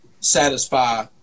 satisfy